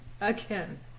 Again